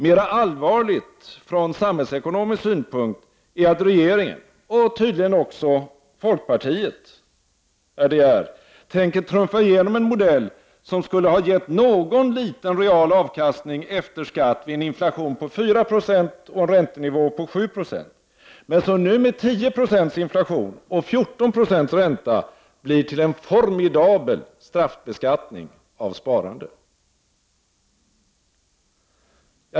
Mera allvarligt från samhällsekonomisk synpunkt är att regeringen och tydligen också folkpartiet, herr De Geer, tänker trumfa igenom en modell som skulle ha gett någon liten real avkastning efter skatt vid en inflation på 4 76 och en räntenivå på 7 70, men som nu med 10 90 inflation och 14 96 ränta blir till en formidabel straffbeskattning av sparande.